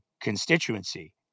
constituency